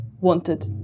wanted